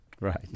Right